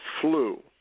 flu